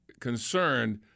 concerned